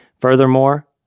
Furthermore